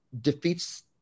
defeats